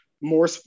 more